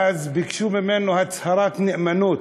ואז ביקשו ממנו הצהרת נאמנות,